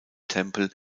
tempel